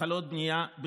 התחלות בנייה,